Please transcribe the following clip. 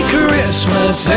Christmas